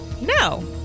No